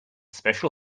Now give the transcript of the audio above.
special